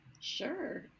Sure